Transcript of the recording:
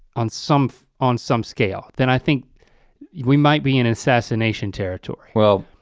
on some on some scale, then i think we might be in assassination territory. well.